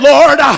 Lord